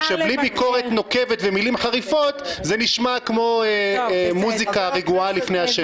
שבלי ביקורת נוקבת ומילים חריפות זה נשמע כמו מוסיקה רגועה לפני השינה.